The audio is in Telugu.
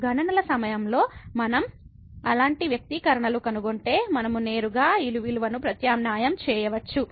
కాబట్టి గణనల సమయంలో మనము అలాంటి వ్యక్తీకరణలను కనుగొంటే మనము నేరుగా ఈ విలువలను ప్రత్యామ్నాయం చేయవచ్చు